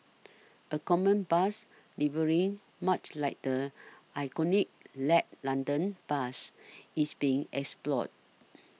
a common bus livery much like the iconic led London bus is being explored